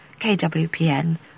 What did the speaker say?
KWPN